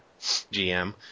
GM